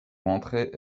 entrer